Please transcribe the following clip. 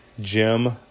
Jim